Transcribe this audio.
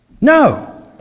No